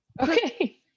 Okay